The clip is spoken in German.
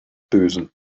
bösen